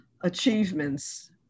achievements